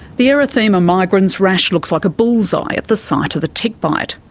the erythema migrans rash looks like a bull's-eye at the site of the tick bite.